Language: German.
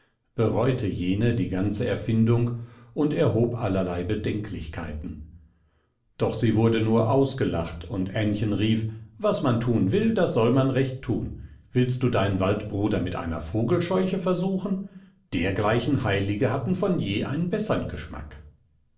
bereute jene die ganze erfindung und erhob allerlei bedenklichkeiten doch sie wurde nur ausgelacht und ännchen rief was man tun will das soll man recht tun willst du deinen waldbruder mit einer vogelscheuche versuchen dergleichen heilige hatten von je einen bessern geschmack